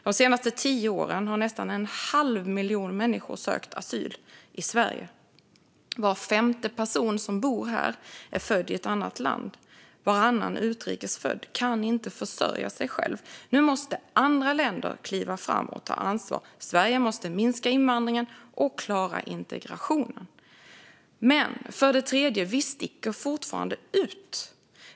De senaste tio åren har nästan en halv miljon människor sökt asyl i Sverige. Var femte person som bor här är född i ett annat land. Varannan utrikes född kan inte försörja sig själv. Nu måste andra länder kliva fram och ta ansvar. Sverige måste minska invandringen och klara integrationen. För det tredje: Vi sticker fortfarande ut.